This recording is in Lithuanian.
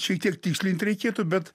šiek tiek tikslint reikėtų bet